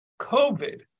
COVID